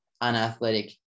unathletic